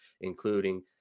including